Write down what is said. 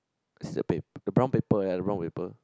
is the paper the brown paper ya the brown paper